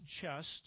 chest